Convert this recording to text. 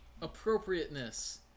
Appropriateness